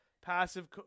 passive